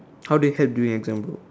how they help during exam bro